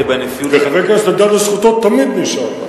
חבר הכנסת אלדד, לזכותו ייאמר, תמיד נשאר כאן.